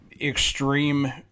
extreme